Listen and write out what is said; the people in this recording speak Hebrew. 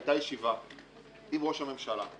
הייתה ישיבה עם ראש הממשלה,